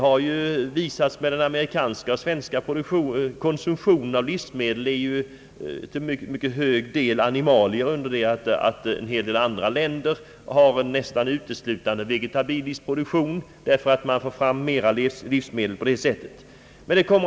Både den amerikanska och den svenska konsumtionen av livsmedel består till stor del av animalier, under det att en hel del andra länder nästan uteslutande har vegetabilisk produktion därför att man får fram mera livsmedel på det sättet.